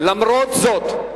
למרות זאת,